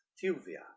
Thuvia